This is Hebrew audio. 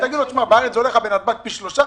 תגיד לו: בארץ זה עולה לך בנתב"ג פי שלושה,